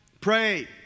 Pray